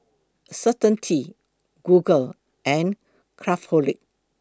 Certainty Google and Craftholic